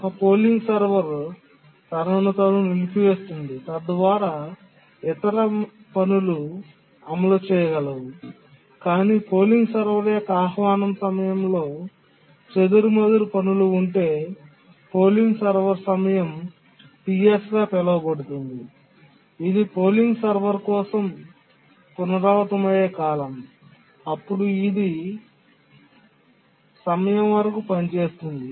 ఒక polling server తనను తాను నిలిపివేస్తుంది తద్వారా ఇతర పనులు అమలు చేయగలవు కాని పోలింగ్ సర్వర్ యొక్క ఆహ్వానం సమయంలో చెదురుమదురు పనులు ఉంటే పోలింగ్ సర్వర్ సమయం Ts గా పిలువబడుతుంది ఇది పోలింగ్ సర్వర్ కోసం పునరావృతమయ్యే కాలం అప్పుడు ఇది సమయం వరకు పనిచేస్తుంది